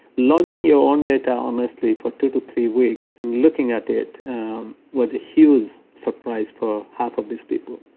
logging your own data honestly for two to three weeks, and looking at it was a huge surprise for half of these people